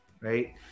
right